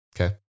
Okay